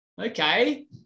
okay